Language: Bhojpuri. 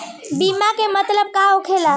बीमा के मतलब का होला?